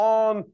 on